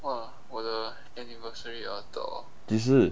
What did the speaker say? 几时